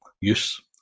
use